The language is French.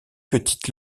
petites